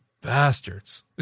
bastards